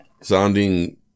sounding